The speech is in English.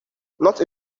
not